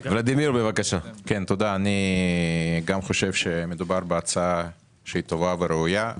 אני גם חושב שמדובר בהצעה טובה וראויה.